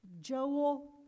Joel